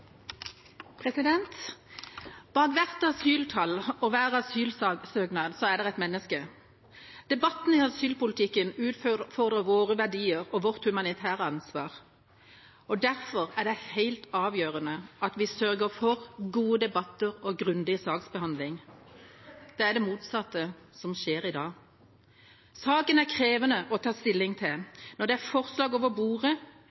et menneske. Debatten i asylpolitikken utfordrer våre verdier og vårt humanitære ansvar, og derfor er det helt avgjørende at vi sørger for gode debatter og grundig saksbehandling. Det er det motsatte som skjer i dag. Saken er krevende å ta stilling til når det er forslag over bordet,